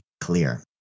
clear